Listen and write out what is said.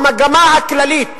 המגמה הכללית,